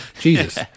Jesus